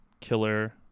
killer